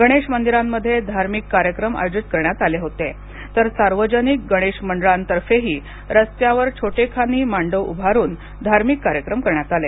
गणेश मंदिरांमध्ये धार्मिक कार्यक्रम आयोजित करण्यात आले होते तर सार्वजनिक गणेशमंडळांतर्फेही रस्त्यावर छोटेखानी मांडव उभारून धार्मिक कार्यक्रम करण्यात आले